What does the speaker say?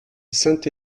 saint